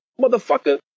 motherfucker